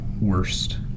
worst